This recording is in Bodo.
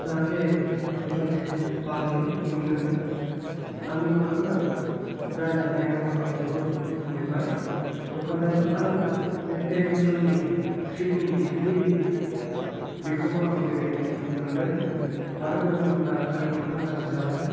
जाहाथे दस्रा क्रिमखौ बाहायो फुनो आंनि मोखाङा गाज्रि जानायाव आं जोबोद दुखु मोनबाय दखानदार आरो बे फेर एन हेन्डसाम नि क्रिमनि दिहुनगिरि बिखौबो आं दोनै दुखु मोनदों मानो होननानै बुङोब्ला आंनि मोखाङा गाज्रि जाबाय